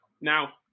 Now